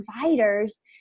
providers